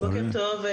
בוקר טוב,